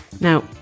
Now